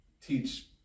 teach